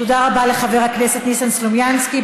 תודה רבה לחבר הכנסת ניסן סלומינסקי.